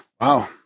wow